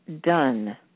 done